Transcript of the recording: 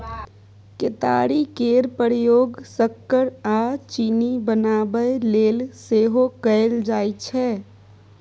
केतारी केर प्रयोग सक्कर आ चीनी बनाबय लेल सेहो कएल जाइ छै